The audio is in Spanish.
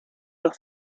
los